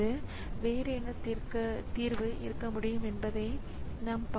எனவே இது divide by 0 error எனவே இது நிகழும்போது கணினி என்ன செய்யும்